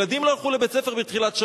ילדים לא הלכו לבית-ספר מתחילת השבוע,